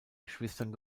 geschwistern